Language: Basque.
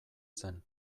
zen